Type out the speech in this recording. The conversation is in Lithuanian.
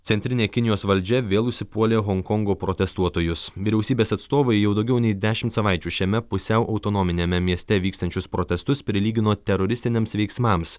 centrinė kinijos valdžia vėl užsipuolė honkongo protestuotojus vyriausybės atstovai jau daugiau nei dešimt savaičių šiame pusiau autonominiame mieste vykstančius protestus prilygino teroristiniams veiksmams